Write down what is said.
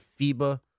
FIBA